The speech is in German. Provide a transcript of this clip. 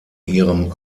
ihrem